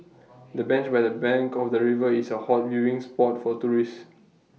the bench by the bank of the river is A hot viewing spot for tourists